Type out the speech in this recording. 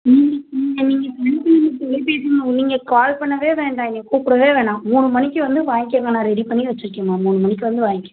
நீங்கள் நீங்கள் நீங்கள் சனிக்கிலம தொலைபேசி நீங்கள் கால் பண்ணவே வேண்டாம் என்ன கூப்பிடவே வேணாம் மூணு மணிக்கு வந்து வாங்கிக்கோங்க நான் ரெடி பண்ணி வச்சிருக்கேன்ம்மா மூணு மணிக்கு வந்து வாங்கிக்கோங்க